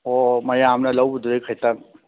ꯑꯣ ꯃꯌꯥꯝꯅ ꯂꯧꯕꯗꯨꯗꯒꯤ ꯈꯩꯇꯪ